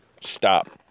Stop